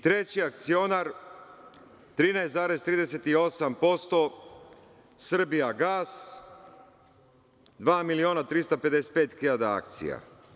Treći akcionar 13,38% „Srbijagas“, 2 miliona 355.000 akcija.